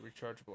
rechargeable